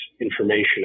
information